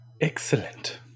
Excellent